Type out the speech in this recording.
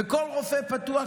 וכל רופא פתוח,